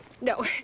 no